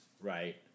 Right